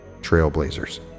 Trailblazers